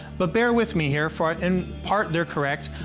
but, bear with me here, for in part they are correct.